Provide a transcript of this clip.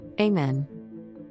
Amen